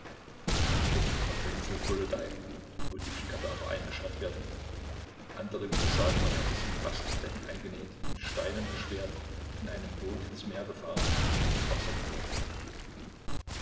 die anderen auf der insel golodai wo die viehkadaver eingescharrt werden andere wieder sagen man hätte sie in bastdecken eingenäht mit steinen beschwert in einem boot ins meer gefahren und ins wasser geworfen